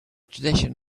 tradition